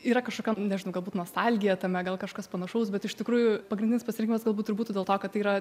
yra kažkokia nežinau galbūt nostalgija tame gal kažkas panašaus bet iš tikrųjų pagrindinis pasirinkimas galbūt ir būtų dėl to kad tai yra